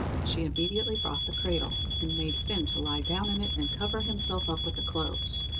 she immediately brought the cradle, and made fin to lie down in it, and cover himself up with the clothes.